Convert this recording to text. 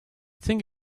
think